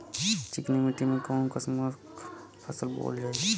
चिकनी मिट्टी में कऊन कसमक फसल बोवल जाई?